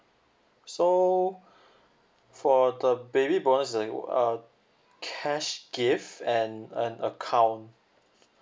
so for the baby bonus I go uh cash gift and an account